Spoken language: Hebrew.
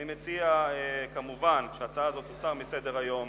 אני מציע כמובן שההצעה הזאת תוסר מסדר-היום,